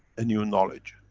a new knowledge.